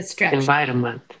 environment